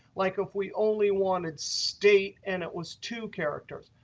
like if we only wanted state and it was two characters.